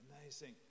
amazing